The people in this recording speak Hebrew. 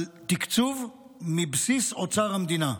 על תקצוב מבסיס אוצר המדינה.